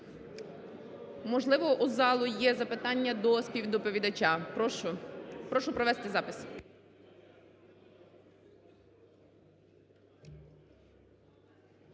Можливо, у залу є запитання до співдоповідача? Прошу. Прошу провести запис.